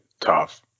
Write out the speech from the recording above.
tough